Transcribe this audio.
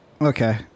Okay